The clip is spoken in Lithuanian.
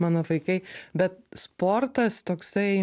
mano vaikai bet sportas toksai